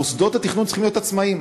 מוסדות התכנון צריכים להיות עצמאיים,